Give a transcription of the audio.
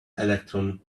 electron